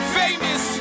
famous